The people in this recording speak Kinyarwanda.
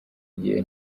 igihe